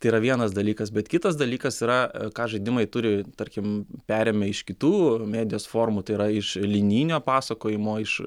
tai yra vienas dalykas bet kitas dalykas yra ką žaidimai turi tarkim perėmę iš kitų medijos formų tai yra iš linijinio pasakojimo iš